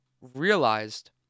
realized